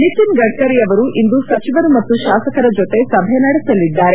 ನಿತಿನ್ ಗಡ್ಕರಿಯವರು ಇಂದು ಸಚಿವರು ಮತ್ತು ಶಾಸಕರ ಜೊತೆ ಸಭೆ ನಡೆಸಲಿದ್ದಾರೆ